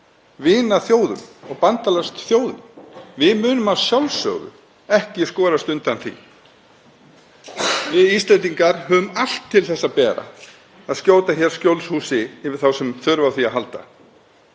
vinaþjóðum og bandalagsþjóðum. Við munum að sjálfsögðu ekki skorast undan því. Við Íslendingar höfum allt til að bera að skjóta skjólshúsi yfir þá sem þurfa á því að halda.